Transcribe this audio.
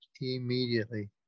immediately